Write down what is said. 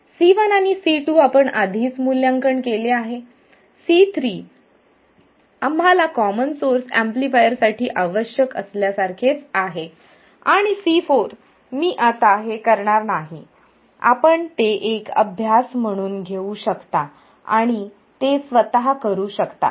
C1 आणि C2 आपण आधीच मूल्यांकन केले आहे C3 आम्हाला कॉमन सोर्स एम्पलीफायर साठी आवश्यक असलेल्यासारखेच आहे C4 मी आता हे करणार नाही आपण ते एक अभ्यास म्हणून घेऊ शकता आणि ते स्वतः करू शकता